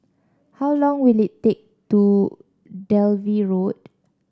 how long will it take to Dalvey Road